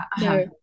no